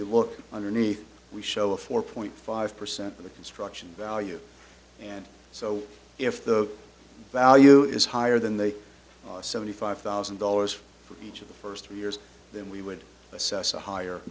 you look underneath we show a four point five percent of the construction value and so if the value is higher than the seventy five thousand dollars for each of the first three years then we would assess a higher